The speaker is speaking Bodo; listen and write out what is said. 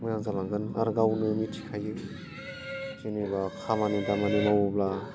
मोजां जालांगोन आरो गावनो मिनथिखायो जेनेबा खामानि दामानि मावोब्ला